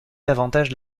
davantage